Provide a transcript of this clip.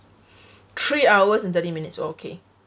three hours and thirty minutes okay